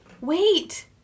Wait